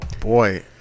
boy